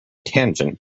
tangent